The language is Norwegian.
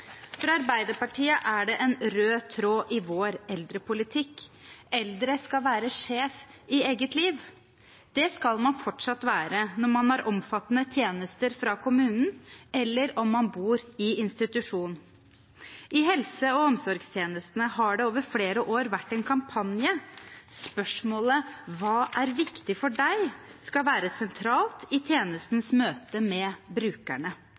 For Arbeiderpartiet er det en rød tråd i eldrepolitikken: Eldre skal være sjef i eget liv. Det skal man fortsatt være om man mottar omfattende tjenester fra kommunen, eller om man bor i institusjon. I helse- og omsorgstjenestene har det over flere år vært en kampanje: Spørsmålet «Hva er viktig for deg?» skal være sentralt i tjenestenes møte med brukerne.